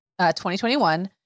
2021